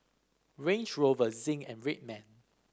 Range Rover Zinc and Red Man